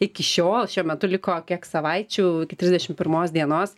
iki šiol šiuo metu liko kiek savaičių iki trisdešimt pirmos dienos